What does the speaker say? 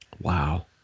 Wow